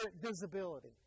visibility